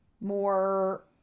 more